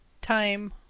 time